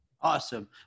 Awesome